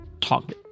talk